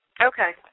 Okay